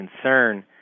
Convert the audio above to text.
concern